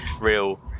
real